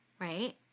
Right